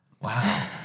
Wow